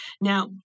Now